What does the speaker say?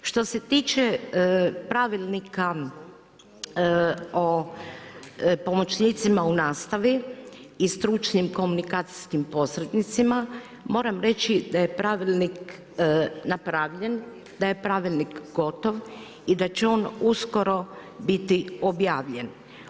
Što se tiče pravilnika o pomoćnicima u nastavi i stručnim komunikacijskim posrednicima, moram reći da je pravilnik napravljen, da je pravilnik gotov i da će on uskoro biti objavljen.